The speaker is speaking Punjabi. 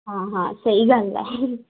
ਹਾਂ ਹਾਂ ਸਹੀ ਗੱਲ ਹੈ